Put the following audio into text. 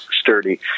sturdy